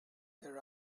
their